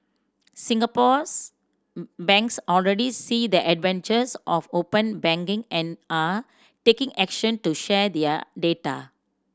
Singapore's banks already see the advantages of open banking and are taking action to share their data